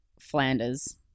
Flanders